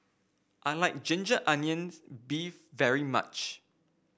I like Ginger Onions beef very much